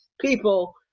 people